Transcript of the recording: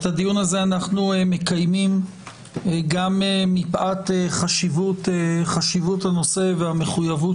את הדיון הזה אנחנו מקיימים גם מפאת חשיבות הנושא והמחויבות